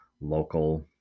local